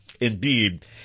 Indeed